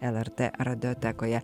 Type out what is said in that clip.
lrt radiotekoje